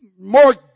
more